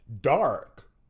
dark